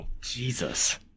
Jesus